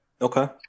Okay